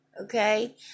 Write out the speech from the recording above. okay